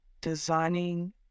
designing